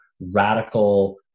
radical